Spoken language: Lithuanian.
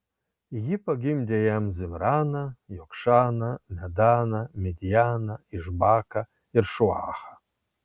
ji pagimdė jam zimraną jokšaną medaną midjaną išbaką ir šuachą